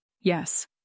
Yes